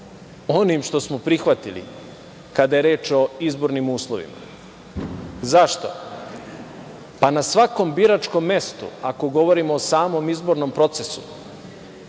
onim što smo prihvatili, kada je reč o izbornim uslovima. Zašto? Pa, na svakom biračkom mestu, ako govorimo o samom izbornom procesu,